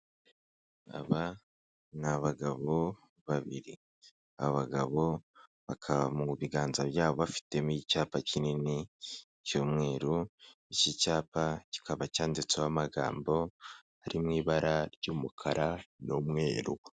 Aba ni bagabo babiri. Abagabo bakaba mu biganza byabo bafitemo icyapa kinini cy'umweru, iki cyapa kikaba cyanditseho amagambo ari mu ibara ry'umukara n'umweru.